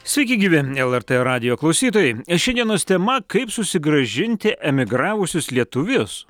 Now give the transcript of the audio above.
sveiki gyvi ne lrt radijo klausytojai ši dienos tema kaip susigrąžinti emigravusius lietuvius